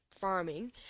farming